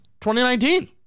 2019